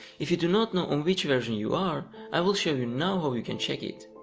if you do not know on which version you are, i will show you now how you can check it.